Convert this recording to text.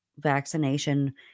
vaccination